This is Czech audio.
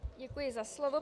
Děkuji za slovo.